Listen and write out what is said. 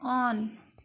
on